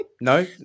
No